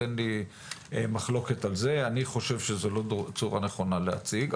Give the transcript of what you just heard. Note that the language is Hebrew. אני חושב שזו לא צורה נכונה להציג.